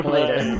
later